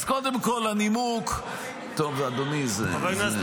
קודם כול הנימוק, אדוני, זה --- כבוד השר,